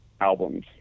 albums